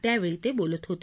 त्यावेळी ते बोलत होते